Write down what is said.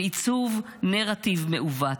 בעיצוב נרטיב מעוות,